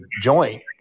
joint